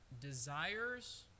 desires